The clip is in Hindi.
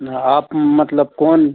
ना आप मतलब कौन